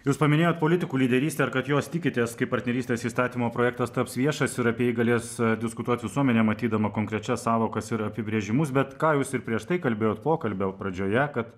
jūs paminėjot politikų lyderystę kad jos tikitės kai partnerystės įstatymo projektas taps viešas ir apie jį galės diskutuot visuomenė matydama konkrečias sąvokas ir apibrėžimus bet ką jūs ir prieš tai kalbėjot pokalbio pradžioje kad